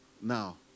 Now